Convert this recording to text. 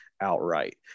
outright